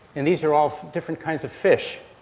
and these are all different kinds of fish